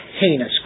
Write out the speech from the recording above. heinous